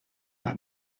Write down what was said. par